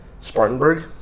Spartanburg